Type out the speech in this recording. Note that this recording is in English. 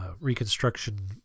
reconstruction